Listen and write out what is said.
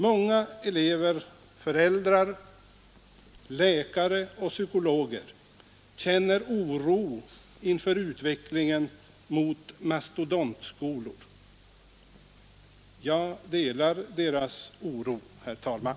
Många elever, föräldrar, läkare och psykologer känner oro inför en utveckling mot mastodontskolor. Jag delar deras oro, herr talman.